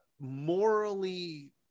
morally